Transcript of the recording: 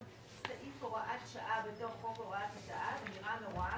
סעיף הוראת שעה בתוך חוק הוראת השעה זה נראה נורא,